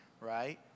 right